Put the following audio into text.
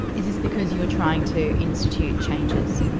is this because you were trying to institute changes?